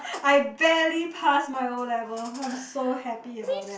I barely passed my O-level I'm so happy about that